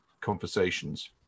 conversations